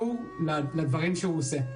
לתת אישור לדברים שהוא עושה.